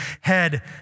head